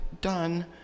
done